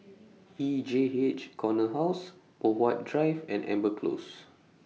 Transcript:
E J H Corner House Poh Huat Drive and Amber Close